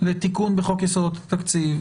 תיקון בחוק יסודות התקציב,